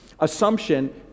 Assumption